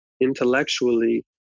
intellectually